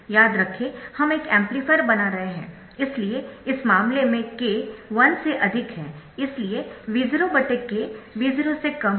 याद रखें हम एक एम्पलीफायर बना रहे है इसलिए इस मामले में K 1 से अधिक है इसलिए V0 k V0 से कम है